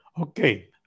Okay